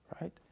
Right